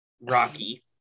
rocky